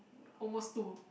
almost two